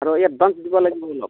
আৰু এডভান্স দিব লাগিব অলপ